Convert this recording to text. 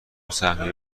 سهمیه